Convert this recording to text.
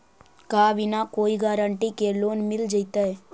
का बिना कोई गारंटी के लोन मिल जीईतै?